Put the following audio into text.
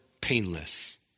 painless